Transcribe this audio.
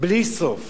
בלי סוף